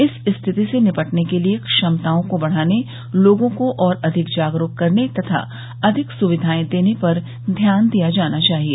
इस स्थिति से निपटने के लिए क्षमताओं को बढाने लोगों को और अधिक जागरूक करने तथा अधिक सुविधाएं देने पर ध्यान दिया जाना चाहिए